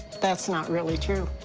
that's not really true.